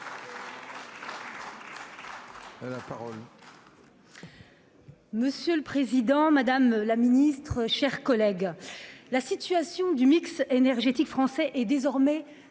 Monsieur le président, madame la ministre, mes chers collègues, la situation du mix énergétique français est désormais